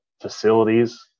facilities